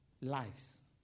lives